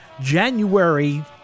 January